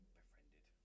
befriended